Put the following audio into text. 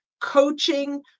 coaching